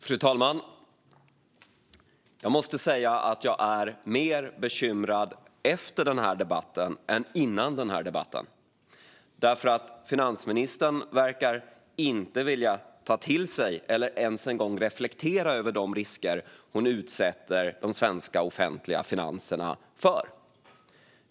Fru talman! Jag måste säga att jag är mer bekymrad efter den här debatten än jag var före den. Finansministern verkar inte vilja ta till sig eller ens reflektera över de risker hon utsätter de svenska offentliga finanserna för.